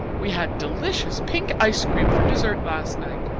we had delicious pink ice-cream for dessert last night.